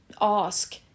ask